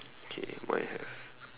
okay mine have